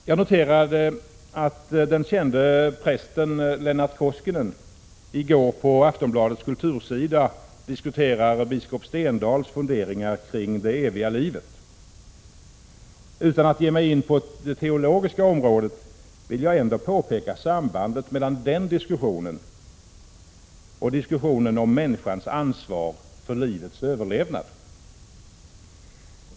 Jag noterade att den kände prästen Lennart Koskinen i går på Aftonbladets kultursida diskuterade biskop Stendahls funderingar kring det eviga livet. Utan att ge mig in på det teologiska området vill jag ändå påpeka sambandet mellan den diskussionen och diskussionen om människans ansvar för livets överlevnad.